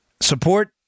Support